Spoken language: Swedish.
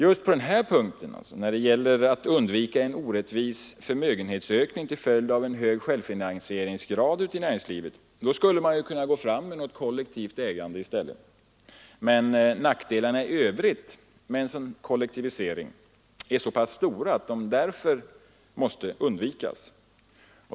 Just på denna punkt, där det gäller att undvika en orättvis förmögenhets ökning till följd av hög självfinansiering ute i näringslivet, skulle man kunna gå fram med någon form av kollektivt ägande i stället. Men nackdelarna i övrigt med en sådan kollektivisering är så stora att den bör undvikas.